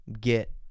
get